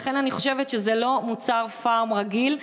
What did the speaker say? לכן אני חושבת שזה לא מוצר פארם רגיל,